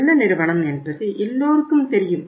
நல்ல நிறுவனம் என்பது எல்லோரும் தெரியும்